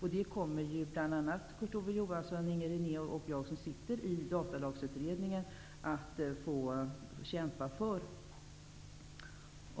Det kommer bl.a. Kurt Ove Johansson, Inger René och jag, som sitter i Datalagsutredningen, att kämpa för.